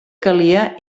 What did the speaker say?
calia